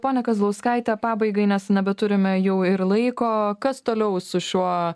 pone kazlauskaite pabaigai nes nebeturime jau ir laiko kas toliau su šiuo